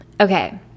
Okay